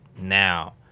now